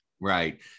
Right